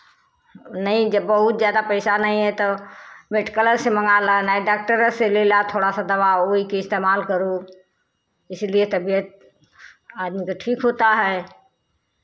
नहीं जब बहुत ज़्यादा पैसा नहीं है तो मेडिकले से मंगा ला नहीं डाक्टरे से ले ला थोड़ा सा दवा ओई के इस्तेमाल करो इसलिए तबियत आदमी का ठीक होता है